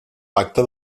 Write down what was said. pacte